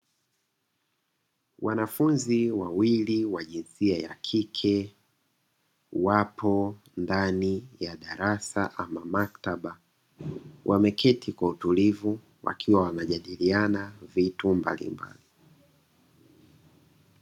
Wanafunzi wawili wa jinsia ya kike wapo ndani ya darasa ama maktaba, wameketi kwa utulivu wakiwa wanajadiliana vitu mbalimbali.